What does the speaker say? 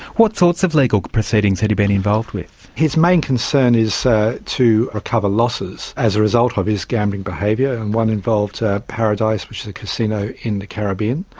what sorts of legal proceedings had he been involved with? his main concern is to recover losses as a result of his gambling behaviour, and one involved paradise, which is a casino in the caribbean,